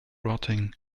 rotting